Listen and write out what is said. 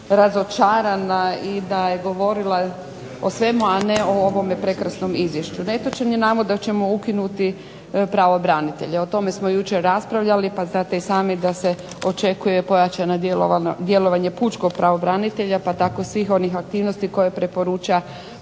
tako razočarana i da je govorila o svemu, a ne o ovome prekrasnom izvješću. Netočan je navod da ćemo ukinuti pravobranitelja. O tome smo jučer raspravljali pa znate i sami da se očekuje pojačano djelovanje pučkog pravobranitelja pa tako svih onih aktivnosti koje preporuča